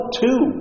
two